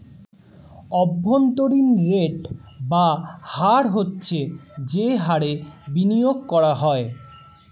অভ্যন্তরীণ রেট বা হার হচ্ছে যে হারে বিনিয়োগ করা হয়